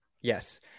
Yes